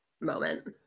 moment